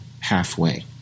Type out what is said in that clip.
halfway